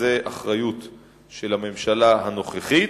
וזו אחריות של הממשלה הנוכחית.